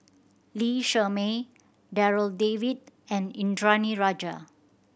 Lee Shermay Darryl David and Indranee Rajah